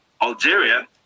Algeria